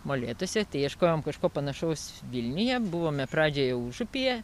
molėtuose tai ieškojom kažko panašaus vilniuje buvome pradžioje užupyje